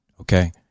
okay